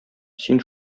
син